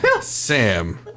Sam